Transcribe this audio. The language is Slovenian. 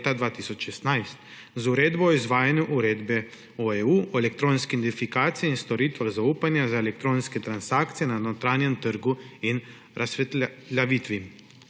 z Uredbo o izvajanju Uredbe (EU) o elektronski identifikaciji in storitvah zaupanja za elektronske transakcije na notranjem trgu in razveljavitvi